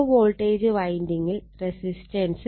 law voltage വൈൻഡിങ്ങിൽ resistance 0